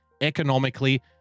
economically